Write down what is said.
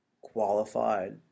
qualified